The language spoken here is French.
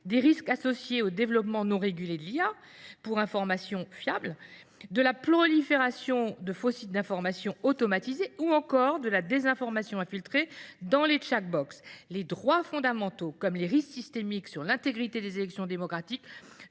des risques associés au développement non régulé de l’IA pour l’information fiable, de la prolifération de faux sites d’information automatisés, ou encore de la désinformation infiltrée dans les. En outre, la question des droits fondamentaux et celle des risques systémiques pesant sur l’intégrité des élections démocratiques